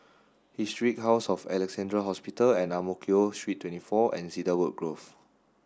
historic House of Alexandra Hospital Ang Mo Kio Street twenty four and Cedarwood Grove